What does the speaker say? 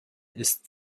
ist